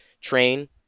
train